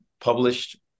published